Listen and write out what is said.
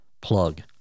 plug